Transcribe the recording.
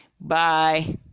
bye